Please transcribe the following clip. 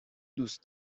دوست